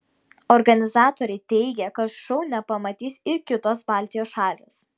organizatoriai teigia kad šou nepamatys ir kitos baltijos šalys